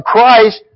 Christ